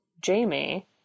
Jamie